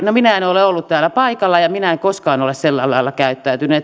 no minä en ole ole ollut täällä paikalla ja minä en koskaan ole sillä lailla käyttäytynyt